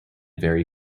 vary